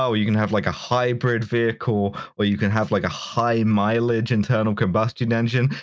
um you can have like a hybrid vehicle, or you can have like a high mileage internal combustion engine.